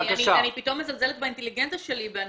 אני פתאום מזלזלת באינטליגנציה שלי ואני